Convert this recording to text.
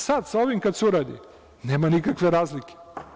Sada sa ovim kada se uradi, nema nikakve razlike.